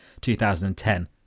2010